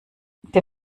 der